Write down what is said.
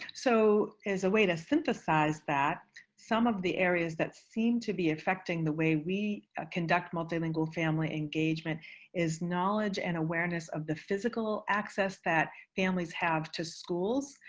so as a way to synthesize that, some of the areas that seem to be affecting the way we conduct multilingual family engagement is knowledge and awareness of the physical access that families have to schools.